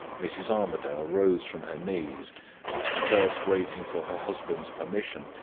mrs. armadale rose from her knees and, first waiting for her husband's permission,